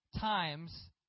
times